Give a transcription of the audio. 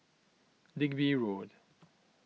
Digby Road